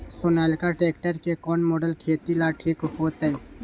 Sonalika tractor के कौन model खेती ला ठीक होतै?